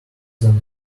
than